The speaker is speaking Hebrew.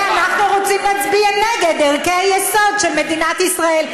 ואנחנו רוצים להצביע נגד ערכי היסוד של מדינת ישראל.